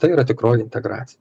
tai yra tikroji integracija